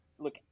look